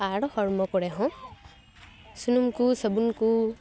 ᱟᱨ ᱦᱚᱲᱢᱚ ᱠᱚᱨᱮ ᱦᱚᱸ ᱥᱩᱱᱩᱢ ᱠᱚ ᱥᱟᱹᱵᱩᱱ ᱠᱚ